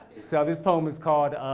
so this poem is called,